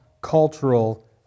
cultural